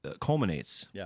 culminates